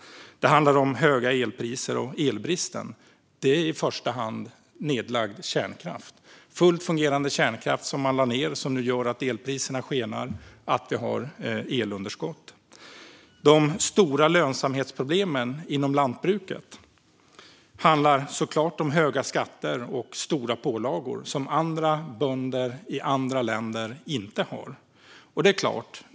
De höga elpriserna och elbristen handlar i första hand om nedlagd kärnkraft, fullt fungerande kärnkraft som man lade ned, vilket nu gör att elpriserna skenar och att vi har elunderskott. De stora lönsamhetsproblemen inom lantbruket handlar om höga skatter och stora pålagor som andra bönder i andra länder inte har.